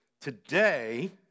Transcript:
Today